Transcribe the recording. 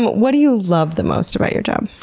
what do you love the most about your job?